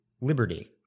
Liberty